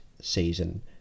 season